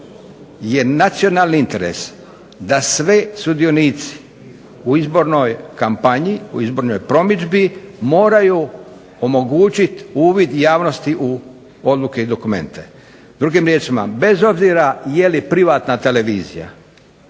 je nacionalni interes da svi sudionici u izbornoj kampanji, u izbornoj promidžbi moraju omogućit uvid javnosti u odluke i dokumente. Drugim riječima, bez obzira je li privatna televizija